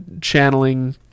channeling